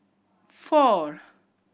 four